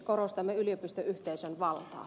korostamme yliopistoyhteisön valtaa